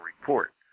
report